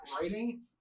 writing